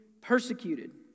persecuted